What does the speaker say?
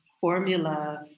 formula